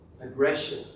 aggression